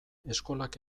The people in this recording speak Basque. eskolak